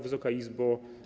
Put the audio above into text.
Wysoka Izbo!